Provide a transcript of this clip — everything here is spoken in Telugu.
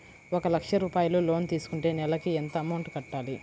ఒక లక్ష రూపాయిలు లోన్ తీసుకుంటే నెలకి ఎంత అమౌంట్ కట్టాలి?